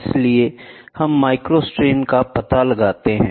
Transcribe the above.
इसलिए हम माइक्रोस्ट्रेन का पता लगाते हैं